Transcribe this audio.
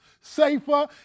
safer